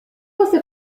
você